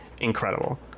incredible